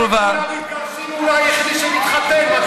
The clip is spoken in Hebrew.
כולם מתגרשים והוא היחיד שמתחתן.